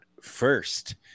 first